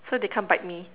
so they can't bite me